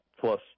Plus